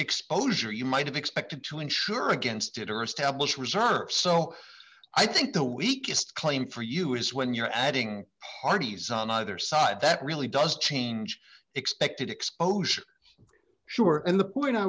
exposure you might have expected to insure against it or establish reserves so i think the weakest claim for you is when you're adding parties on either side that really does change expected exposure sure and the point i